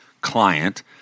client